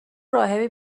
راهبی